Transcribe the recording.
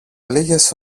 λίγες